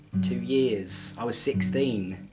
two years! i was sixteen!